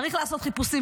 צריך לעשות חיפושים,